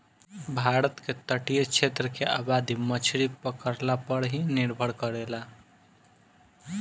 भारत के तटीय क्षेत्र के आबादी मछरी पकड़ला पर ही निर्भर करेला